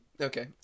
Okay